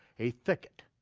a thicket.